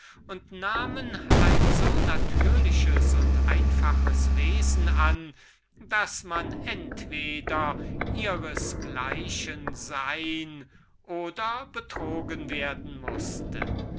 und nahmen ein so natürliches und einfaches wesen an daß man entweder ihres gleichen sein oder betrogen werden mußte